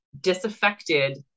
disaffected